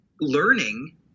learning